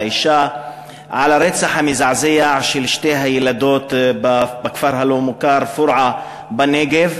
האישה על הרצח המזעזע של שתי הילדות בכפר הלא-מוכר פורעה בנגב